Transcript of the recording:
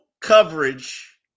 coverage